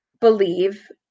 believe